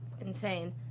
insane